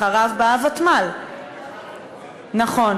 אחריו בא הוותמ"ל, נכון.